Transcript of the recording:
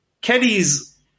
kenny's